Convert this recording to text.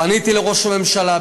פניתי לראש הממשלה,